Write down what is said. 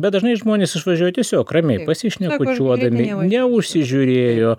bet dažnai žmonės išvažiuoja tiesiog ramiai pasišnekučiuodami neužsižiūrėjo